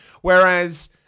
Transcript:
Whereas